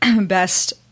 best